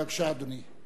בבקשה, אדוני.